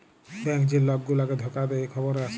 bank যে lock গুলাকে ধকা দে খবরে আসে